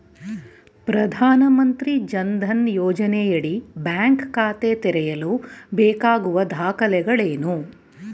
ಪ್ರಧಾನಮಂತ್ರಿ ಜನ್ ಧನ್ ಯೋಜನೆಯಡಿ ಬ್ಯಾಂಕ್ ಖಾತೆ ತೆರೆಯಲು ಬೇಕಾಗಿರುವ ದಾಖಲೆಗಳೇನು?